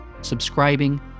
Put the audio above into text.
subscribing